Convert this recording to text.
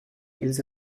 ils